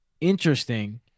interesting